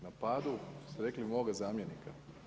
Na padu ste rekli moga zamjenika.